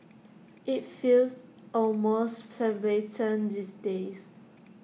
IT feels almost these days